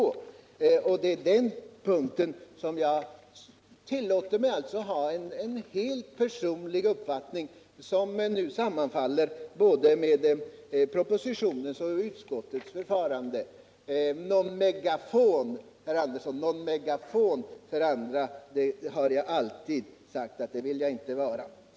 Det ger ingen enhetlighet. Det är på den punkten som jag tillåter mig att ha en helt personlig uppfattning, som nu sammanfaller med både propositionens och utskottets. Jag har alltid sagt, herr Andersson, att bara en megafon för andra vill jag inte vara.